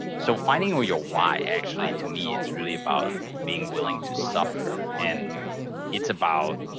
so finding where your why actually to me, it's really about being willing to suffer and it's about.